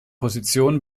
position